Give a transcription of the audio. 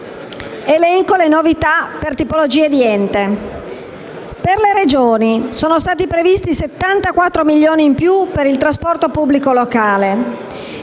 principali novità per tipologia di ente. Per le Regioni sono stati previsti 74 milioni in più per il trasporto pubblico locale;